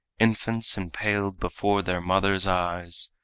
infants impaled before their mothers' eyes,